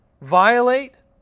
violate